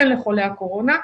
הן לחולי הקורונה,